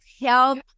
help